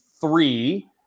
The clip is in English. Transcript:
three